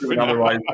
Otherwise